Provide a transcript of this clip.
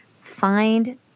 find